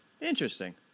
Interesting